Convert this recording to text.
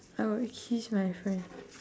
I would kiss my friend